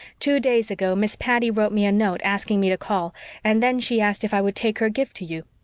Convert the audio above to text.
two days ago miss patty wrote me a note asking me to call and then she asked if i would take her gift to you.